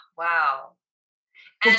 wow